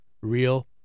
real